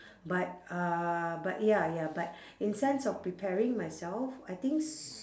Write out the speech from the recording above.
but uh but ya ya but in sense of preparing myself I think s~